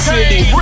City